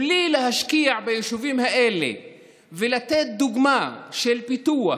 בלי להשקיע ביישובים האלה ולתת דוגמה של פיתוח